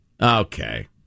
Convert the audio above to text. Okay